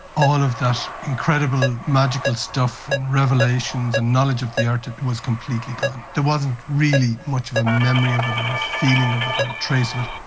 all of that incredible magical stuff and revelations and knowledge of the earth was completely gone. there wasn't really much of a memory of it or a feeling of it or a trace of it.